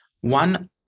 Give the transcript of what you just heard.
One